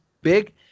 big